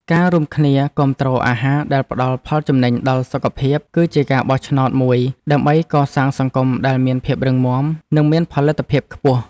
ការរួមគ្នាគាំទ្រអាហារដែលផ្តល់ផលចំណេញដល់សុខភាពគឺជាការបោះឆ្នោតមួយដើម្បីកសាងសង្គមដែលមានភាពរឹងមាំនិងមានផលិតភាពខ្ពស់។